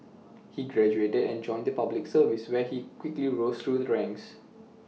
he graduated and joined the Public Service where he quickly rose through the ranks